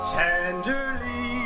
tenderly